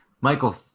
Michael